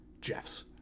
Jeff's